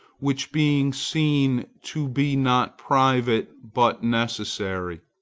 which being seen to be not private but necessary,